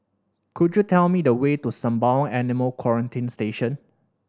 could you tell me the way to Sembawang Animal Quarantine Station